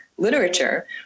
literature